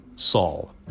saul